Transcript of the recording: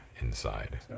inside